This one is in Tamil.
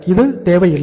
இது தேவையில்லை